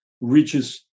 reaches